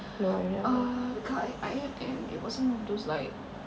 uh kat I_M_M it was one of those like